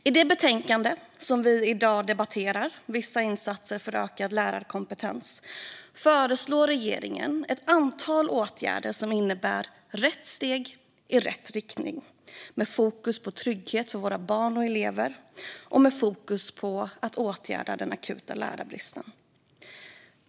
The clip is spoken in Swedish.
I det betänkande som vi i dag debatterar, Vissa insatser för ökad lärarkompetens , föreslår regeringen ett antal åtgärder som innebär rätt steg i rätt riktning med fokus på trygghet för våra barn och elever och på att åtgärda den akuta lärarbristen.